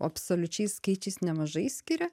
absoliučiais skaičiais nemažai skiria